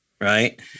right